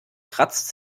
kratzt